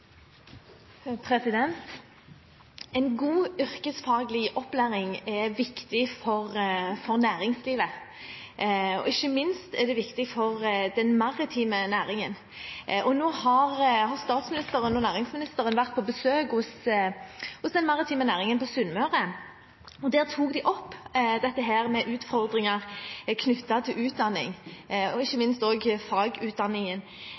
viktig for næringslivet. Ikke minst er det viktig for den maritime næringen. Nå har statsministeren og næringsministeren vært på besøk hos den maritime næringen på Sunnmøre. Der tok de opp dette med utfordringer knyttet til utdanning, ikke